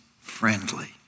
friendly